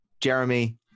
Jeremy